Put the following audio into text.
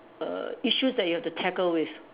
err issues that you have to tackle with